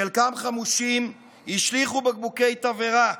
חלקם חמושים, השליכו בקבוקי תבערה.